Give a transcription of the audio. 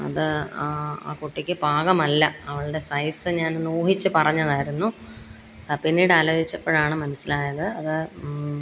അത് അവളുടെ സൈസ് ഞാനൊന്ന് ഊഹിച്ച് പറഞ്ഞതായിരുന്നു പിന്നീട് ആലോചിച്ചപ്പോഴാണ് മനസ്സിലായത് അത്